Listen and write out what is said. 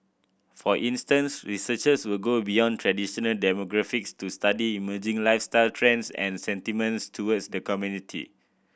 for instance researchers will go beyond traditional demographics to study emerging lifestyle trends and sentiments towards the community